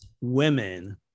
women